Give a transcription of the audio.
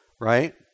right